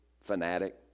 fanatic